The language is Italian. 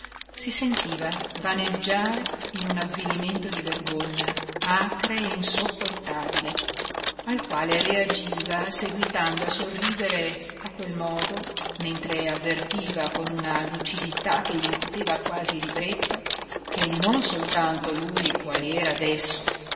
si sentiva vaneggiare in un avvilimento di vergogna acre e insopportabile al quale reagiva seguitando a sorridere a quel modo mentre avvertiva con una lucidità che gl'incuteva quasi ribrezzo che non soltanto lui qual era adesso